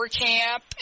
camp